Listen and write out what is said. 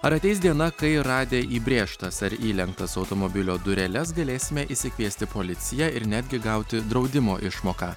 ar ateis diena kai radę įbrėžtas ar įlenktas automobilio dureles galėsime išsikviesti policiją ir netgi gauti draudimo išmoką